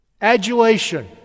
Adulation